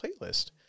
playlist